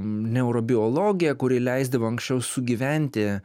neurobiologija kuri leisdavo anksčiau sugyventi